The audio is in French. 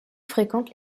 fréquente